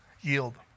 Yield